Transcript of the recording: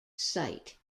site